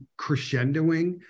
crescendoing